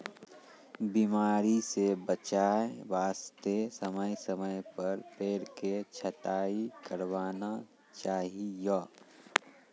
बीमारी स बचाय वास्तॅ समय समय पर पेड़ के छंटाई करवाना चाहियो